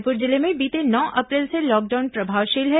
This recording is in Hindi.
रायपुर जिले में बीते नौ अप्रैल से लॉकडाउन प्रभावशील है